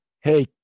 Hey